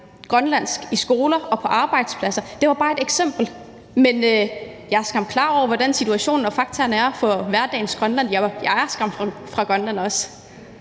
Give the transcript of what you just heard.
grønlandsk i skoler og på arbejdspladser. Det var bare et eksempel, men jeg er skam klar over, hvordan situationen og fakta er i hverdagen i Grønland – jeg er skam fra Grønland.